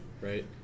right